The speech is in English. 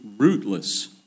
rootless